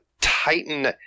Titan